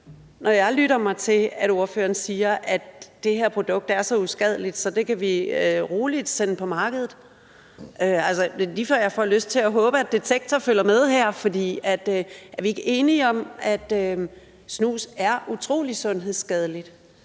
når jeg lytter mig til, at ordføreren siger, at det her produkt er så uskadeligt, at vi roligt kan sende det på markedet. Det er lige før, jeg får lyst til at håbe, at Detektor følger med her, for er vi ikke enige om, at snus er utrolig sundhedsskadeligt?